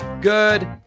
good